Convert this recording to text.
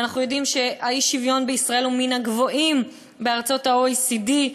אנחנו יודעים שהאי-שוויון בישראל הוא מן הגבוהים בארצות ה-OECD.